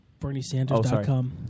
BernieSanders.com